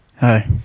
hi